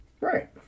right